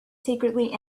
secretly